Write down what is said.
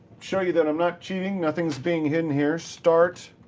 show you that i'm not cheating. nothing's being hidden here. start.